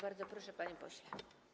Bardzo proszę, panie pośle.